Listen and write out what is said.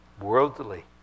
worldly